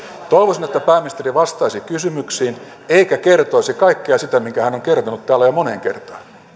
toivoisin että pääministeri vastaisi kysymyksiin eikä kertoisi kaikkea sitä minkä hän on kertonut täällä jo moneen kertaan